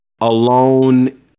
alone